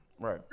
right